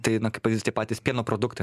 tai na kaip pavyzdys tie patys pieno produktai